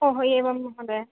ओ हो एवं महोदय